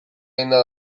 eginda